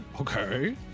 okay